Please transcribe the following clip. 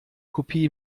kopie